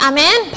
Amen